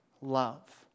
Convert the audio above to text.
love